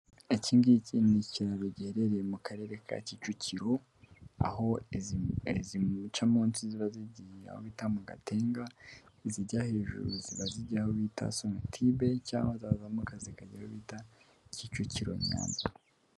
Iki ngiki ni ikiraro giherereye mu karere ka Kicukiro aho izica munsi ziba zigiyeta mu Gatenga, izijya hejuru ziba zijya aho bita Sonatibe cyangwa zazamuka zikajya ahao bita Kicukiro Nyanza.